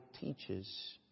teaches